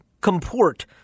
comport